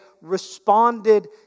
responded